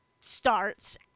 starts